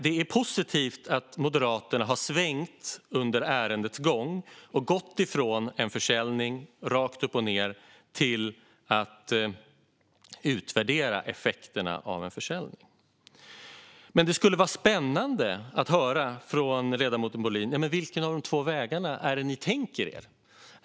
Det är positivt att Moderaterna har svängt under ärendets gång och gått från försäljning rakt upp och ned till utvärdering av effekterna av en försäljning. Men det skulle vara spännande att höra från ledamoten Bohlin vilken av de två vägarna det är ni tänker er.